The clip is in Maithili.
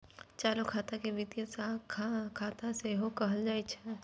चालू खाता के वित्तीय खाता सेहो कहल जाइ छै